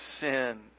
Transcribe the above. sin